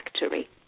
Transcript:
factory